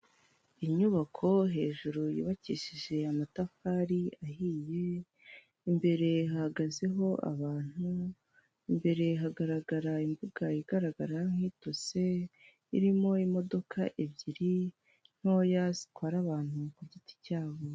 Inyubako hejuru yubakishije amatafari ahiye imbere hahagazeho abantu, imbere hagaragara imbuga igaragara nk'itose irimo imodoka ebyiri ntoya zitwara abantu ku giti cyabo.